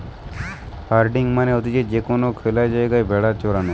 herding মানে হতিছে যে কোনো খ্যালা জায়গায় ভেড়া চরানো